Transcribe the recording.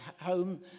home